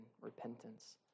repentance